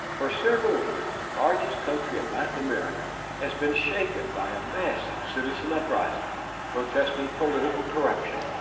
for several weeks, the largest country in latin america has been shaken by a massive citizen uprising protesting political corruption,